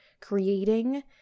creating